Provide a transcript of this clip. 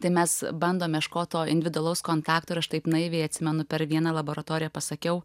tai mes bandom ieškot to individualaus kontakto ir aš taip naiviai atsimenu per vieną laboratoriją pasakiau